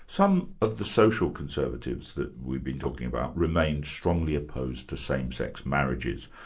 some of the social conservatives that we've been talking about, remain strongly opposed to same-sex marriages.